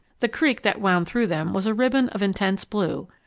the creek that wound through them was a ribbon of intense blue,